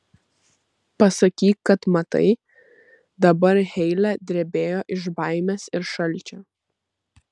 pasakyk kad matai dabar heile drebėjo iš baimės ir šalčio